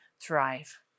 thrive